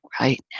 right